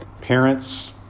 Parents